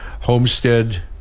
homestead